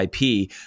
IP